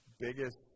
biggest